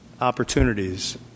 opportunities